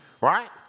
right